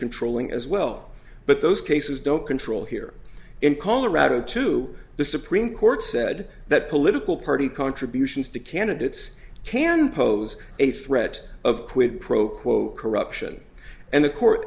controlling as well but those cases don't control here in colorado to the supreme court said that political party contributions to candidates can pose a threat of quid pro quo corruption and the